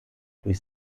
durch